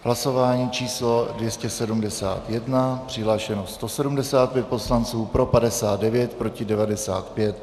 Hlasování číslo 271, přihlášeno 175 poslanců, pro 59, proti 95.